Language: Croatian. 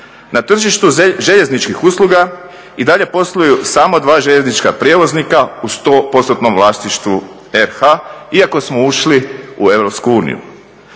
Na tržištu željezničkih usluga i dalje posluju samo dva željeznička prijevoznika u 100%-tnom vlasništvu RH iako smo ušli u EU.